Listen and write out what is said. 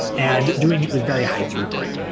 and doing it with very high throughput.